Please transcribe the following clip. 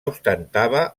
ostentava